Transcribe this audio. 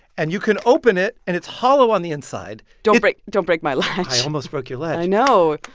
and you can open it, and it's hollow on the inside don't break don't break my latch i almost broke your latch i know